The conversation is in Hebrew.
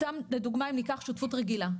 סתם לדוגמה אם ניקח שותפות רגילה.